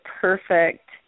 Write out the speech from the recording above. perfect